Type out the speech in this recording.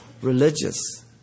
religious